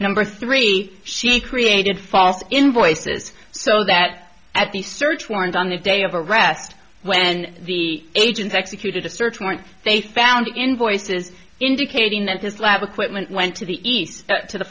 number three she created false invoices so that at the search warrant on the day of a rest when the agents executed a search warrant they found invoices indicating that his lab equipment went to the east to the